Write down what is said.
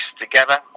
together